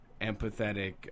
empathetic